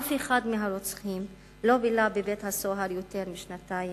אף אחד מהרוצחים לא בילה בבית-הסוהר יותר משנתיים-שלוש.